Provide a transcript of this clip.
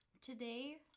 Today